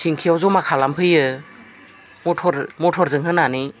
थेंखियाव जमा खालामफैयो मथरजों होनानै